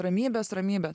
ramybės ramybės